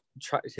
try